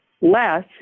less